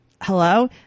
Hello